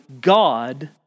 God